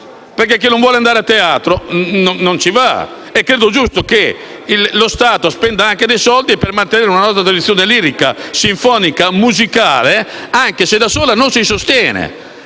così: chi non vuole andare a teatro non ci va, e credo sia giusto che lo Stato spenda dei soldi per mantenere una nota tradizione lirica, sinfonica e musicale, anche se da sola non si sostiene.